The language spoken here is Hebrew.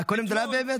קודם זה לא היה באמת?